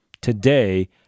Today